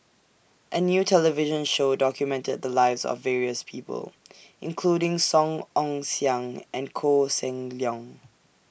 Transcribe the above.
A New television Show documented The Lives of various People including Song Ong Siang and Koh Seng Leong